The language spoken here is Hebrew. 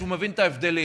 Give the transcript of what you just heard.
והוא מבין את ההבדלים.